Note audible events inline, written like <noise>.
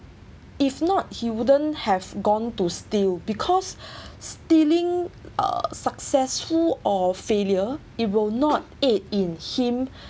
if not he wouldn't have gone to steal because <breath> stealing uh successful or failure it will not aid in him